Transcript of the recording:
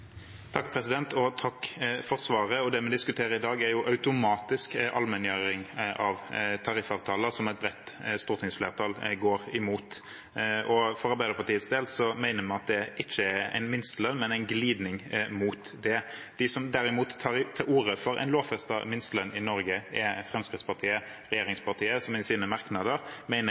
Takk for svaret. Det vi diskuterer i dag, er jo automatisk allmenngjøring av tariffavtaler, som et bredt stortingsflertall går imot. For Arbeiderpartiets del mener vi at det ikke er en minstelønn, men en glidning mot det. De som derimot tar til orde for en lovfestet minstelønn i Norge, er Fremskrittspartiet, et av regjeringspartiene, som i sine merknader